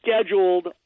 scheduled